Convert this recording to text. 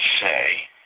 say